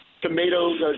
Tomatoes